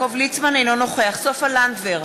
אינו נוכח סופה לנדבר,